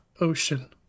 ocean